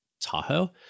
Tahoe